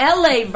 la